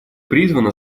призвано